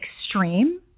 extreme